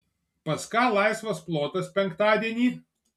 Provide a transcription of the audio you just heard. pas ką laisvas plotas penktadienį